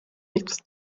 nichts